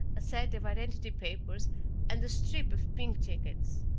a set of identity papers and a strip of pink tickets.